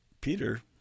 peter